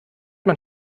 man